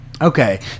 Okay